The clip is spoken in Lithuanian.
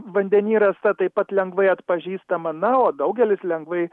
vandeny rasta taip pat lengvai atpažįstama na o daugelis lengvai